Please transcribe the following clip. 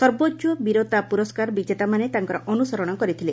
ସର୍ବୋଚ୍ଚ ବୀରତା ପୁରସ୍କାର ବିଜେତାମାନେ ତାଙ୍କର ଅନ୍ତସରଣ କରିଥିଲେ